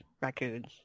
raccoons